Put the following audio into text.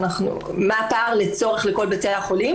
מה הפער לצורך לכל בתי החולים?